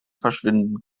verschwinden